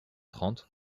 trente